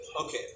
Okay